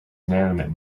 inanimate